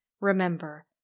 Remember